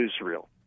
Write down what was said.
Israel